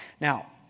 Now